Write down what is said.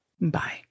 Bye